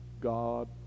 God